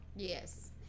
Yes